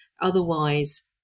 Otherwise